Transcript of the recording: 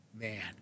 Man